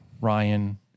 Ryan